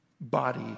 body